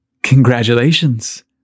Congratulations